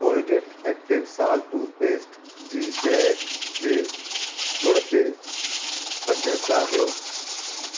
Colgate active salt toothpaste जी शइ जे गुण खे पंज स्टार ॾियो